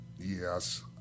Yes